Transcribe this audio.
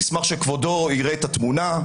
אני אשמח שכבודו יראה את התמונה.